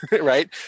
right